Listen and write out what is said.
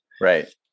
Right